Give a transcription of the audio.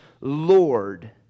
Lord